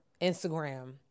Instagram